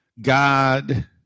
God